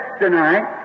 tonight